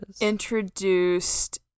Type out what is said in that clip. introduced